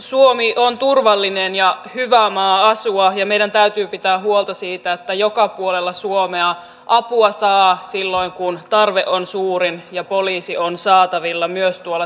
suomi on turvallinen ja hyvä maa asua ja meidän täytyy pitää huolta siitä että joka puolella suomea apua saa silloin kun tarve on suurin ja poliisi on saatavilla myös syrjäseuduilla